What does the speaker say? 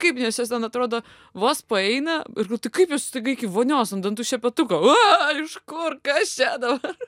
kaip josios ten atrodo vos paeina nu tai kaip jos staiga iki vonios ant dantų šepetuko o iš kur kas čia dabar